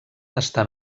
estan